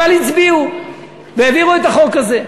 אבל הצביעו והעבירו את החוק הזה.